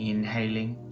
Inhaling